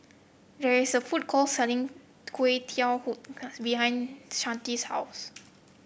there is a food court selling Teochew Huat Kueh behind Shanita's house